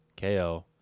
KO